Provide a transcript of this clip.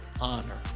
honor